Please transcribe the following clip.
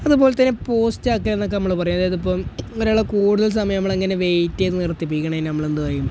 അതുപോലെത്തന്നെ പോസ്റ്റ് ആക്കുകയെന്നൊക്കെ നമ്മള് പറയും അതായതിപ്പം ഒരാളെ കൂടുതല് സമയം നമ്മളിങ്ങനെ വെയിറ്റ് ചെയ്ത് നിർത്തിപ്പിക്കുന്നതിന് നമ്മളെന്ത് പറയും